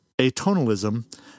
atonalism